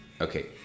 okay